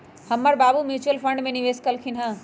हमर बाबू mutual fund में निवेश कलखिंन्ह ह